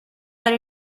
are